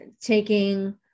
taking